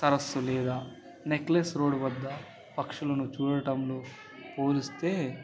సరస్సు లేదా Necklace Road వద్ద పక్షులను చూడటంలో పోలిస్తే